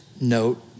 note